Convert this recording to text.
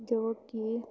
ਜੋ ਕਿ